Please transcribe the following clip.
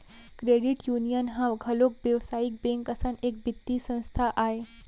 credit union ह घलोक बेवसायिक बेंक असन एक बित्तीय संस्था आय